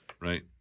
Right